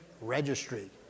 Registry